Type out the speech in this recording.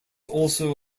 also